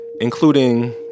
including